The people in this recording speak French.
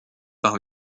par